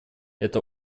это